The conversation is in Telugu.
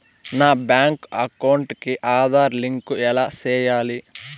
నా బ్యాంకు అకౌంట్ కి ఆధార్ లింకు ఎలా సేయాలి